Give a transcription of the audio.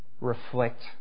reflect